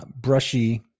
Brushy